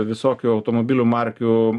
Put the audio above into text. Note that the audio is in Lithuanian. visokių automobilių markių